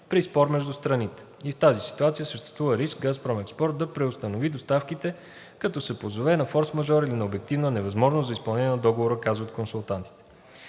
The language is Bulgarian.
при спор между страните. И в тази ситуация съществува риск „Газпром Експорт“ да преустанови доставките, като се позове на форсмажор или на обективна невъзможност за изпълнение на Договора. - Консултантите